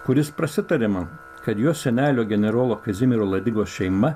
kuris prasitariė man kad jo senelio generolo kazimiero ladigos šeima